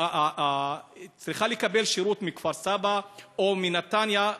צריכה לקבל שירות מכפר-סבא או מנתניה,